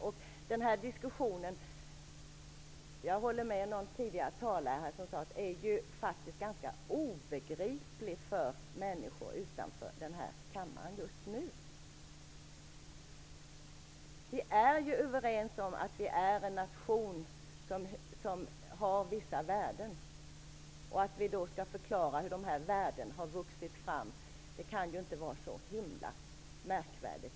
Jag håller med den talare som tidigare sade att den här diskussionen faktiskt är ganska obegriplig för människor utanför den här kammaren. Vi är överens om att vi är en nation som har vissa värden. Att vi då skall förklara hur dessa värden har vuxit fram kan inte vara så märkvärdigt.